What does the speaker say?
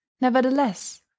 Nevertheless